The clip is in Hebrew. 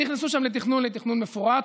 נכנסו שם לתכנון מפורט,